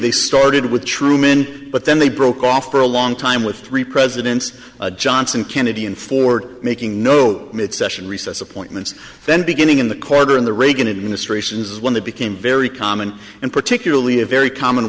they started with truman but then they broke off for a long time with three presidents johnson kennedy and ford making no mid session recess appointments then beginning in the corridor in the reagan administrations when they became very common and particularly a very common